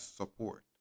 support